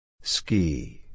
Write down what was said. Ski